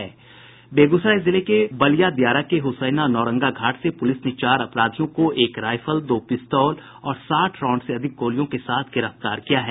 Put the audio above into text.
बेगूसराय जिले के बलिया दियारा के हुसैना नौरंगा घाट से पुलिस ने चार अपराधियों को एक राइफल दो पिस्तौल और साठ राउंड से अधिक गोलियों के साथ गिरफ्तार किया है